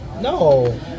No